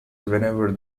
whenever